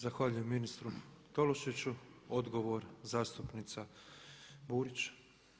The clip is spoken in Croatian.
Zahvaljujem ministru Tolušiću, odgovor zastupnica Burić.